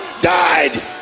died